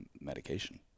medication